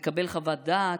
לקבל חוות דעת,